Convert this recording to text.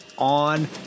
on